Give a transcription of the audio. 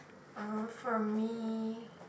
uh for me